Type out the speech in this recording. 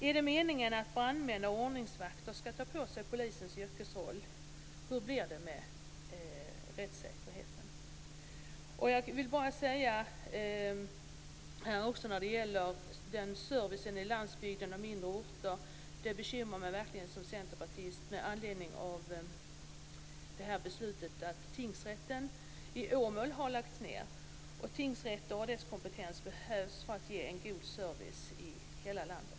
Är det meningen att brandmän och ordningsvakter skall ta på sig polisens yrkesroll? Hur blir det då med rättssäkerheten? När det gäller servicen på landsbygden och mindre orter vill jag bara säga att det bekymrar mig som centerpartist att Tingsrätten i Åmål har lagts ned. Tingsrätter och deras kompetens behövs för att ge en god service i hela landet.